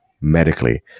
medically